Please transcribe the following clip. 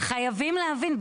חייבים להבין.